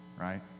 right